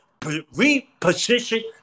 reposition